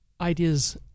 ideas